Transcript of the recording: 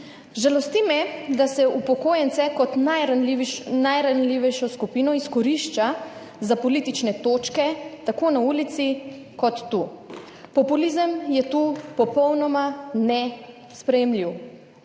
Žalosti me, da se upokojence kot najranljivejšo skupino izkorišča za politične točke tako na ulici kot tu. Populizem je tu popolnoma nesprejemljiv.